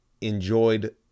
enjoyed